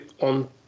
on